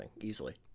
easily